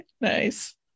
Nice